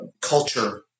culture